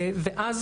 אז,